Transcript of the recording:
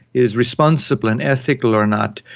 is responsible and ethical or not,